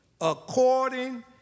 according